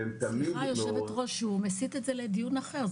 סליחה, היושבת-ראש, הוא מסיט את זה לדיון אחר.